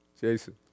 Jason